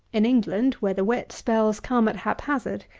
in england, where the wet spells come at haphazard,